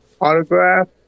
autograph